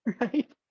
Right